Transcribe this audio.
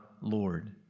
Lord